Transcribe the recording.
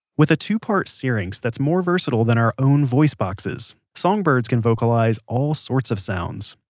with a two-part syrinx that's more versatile than our own voice boxes, songbirds can vocalise all sorts of sounds.